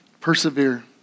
persevere